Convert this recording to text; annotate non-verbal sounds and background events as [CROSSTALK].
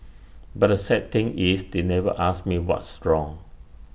[NOISE] but the sad thing is they never asked me what's wrong